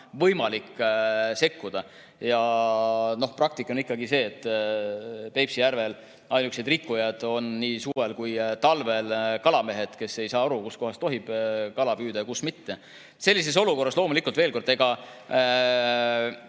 võimalik sekkuda. Ja praktika on ikkagi see, et Peipsi järvel ainukesed rikkujad on nii suvel kui ka talvel kalamehed, kes ei saa aru, kus kohas tohib kala püüda ja kus mitte. Aga sellises olukorras loomulikult, veel kord, igal